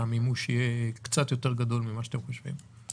קצת יותר גדול ממה שאתם חושבים?